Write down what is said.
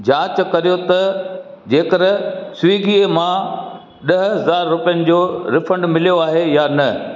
जांच करियो त जेकर स्विगी मां ॾह हज़ार रुपियनि जो रीफंड मिलियो आहे या न